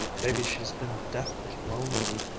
maybe she's been deathly lonely.